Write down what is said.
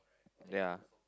ya